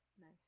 Nice